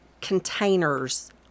containers